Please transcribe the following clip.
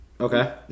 Okay